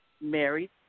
Married